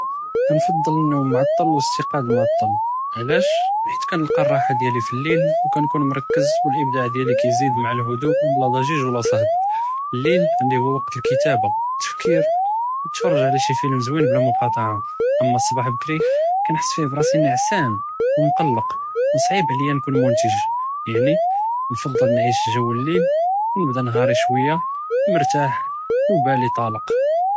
כנתעד אלנּום מֻעַטּל ו אלאסתיקָاظ מֻעַטּל, עלאשו? חית כִנלְקַא רַחַה דיאלי פילליל, ו כנקוּן מרכז ו לאבּדְע דיאלי כיזיד מע אלחדוּء ו אלצְחִיג ו אליצּאל, אלאיל עַנדי הו ואקט אלכתָאבּה, תַפְקִיר ו נתְפַארג' עלא שִי פילם זווינ, אואמא סְבָּח בּכּּרִי כִנחס רַאסִי נְעֻסָאן ו מֻקַלֵּק ו סְעִיב עליא כִּנְקּוּן מֻנְתג', יַעני כנתעד נַעִיש גּוּ אלליל ו נַבדא נְהַארִי שוויה מֻרְתַח ו בַּלִי טאלֶק.